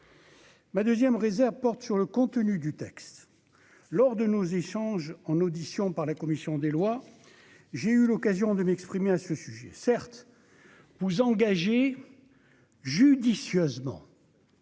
Ma 2ème réserve porte sur le contenu du texte lors de nos échanges en audition par la commission des lois, j'ai eu l'occasion de m'exprimer à ce sujet, certes vous engagez judicieusement.